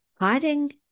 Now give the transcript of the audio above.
hiding